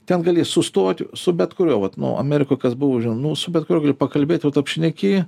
ten gali sustoti su bet kuriuo vat nu amerikoj kas buvo žino nu su bet kuriuo gali pakalbėt šneki